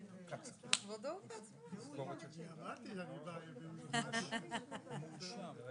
אז בואו תסבירו אותו בבקשה, דניאל.